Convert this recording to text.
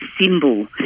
symbol